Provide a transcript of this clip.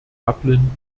dublin